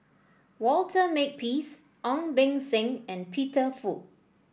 Walter Makepeace Ong Beng Seng and Peter Fu